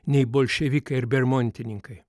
nei bolševikai ar bermontininkai